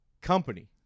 company